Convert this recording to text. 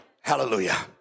Hallelujah